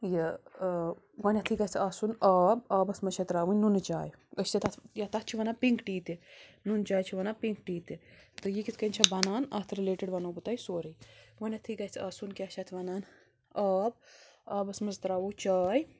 یہِ گۄڈٕنٮ۪تھٕے گژھِ آسُن آب آبَس منٛز چھےٚ تراوٕنۍ نُنٛہٕ چاے أسۍ چھِ تَتھ یا تَتھ چھِ وَنان پِنٛک ٹی تہِ نُنٛنہٕ چاے چھِ وَنان پِنٛک ٹی تہِ تہٕ یہِ کِتھ کٔنۍ چھےٚ بنان اَتھ رِلیٹِڈ وَنَو بہٕ تۄہہِ سورٕے گۄڈٕنٮ۪تھٕے گژھِ آسُن کیٛاہ چھِ اَتھ وَنان آب آبَس منٛز تراوَو چاے